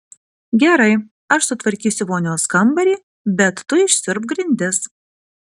gerai aš sutvarkysiu vonios kambarį bet tu išsiurbk grindis